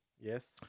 Yes